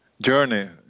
journey